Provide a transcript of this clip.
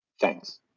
Thanks